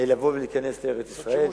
לבוא ולהיכנס לארץ-ישראל.